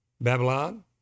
Babylon